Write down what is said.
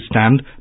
stand